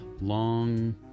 long